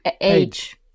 Age